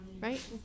right